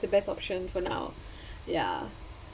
the best option for now ya